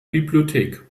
bibliothek